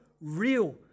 real